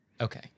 Okay